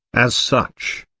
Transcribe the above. as such.